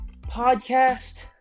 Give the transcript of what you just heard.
podcast